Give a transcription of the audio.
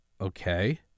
okay